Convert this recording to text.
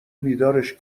بیدارش